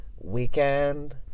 weekend